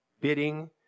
bidding